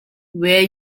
were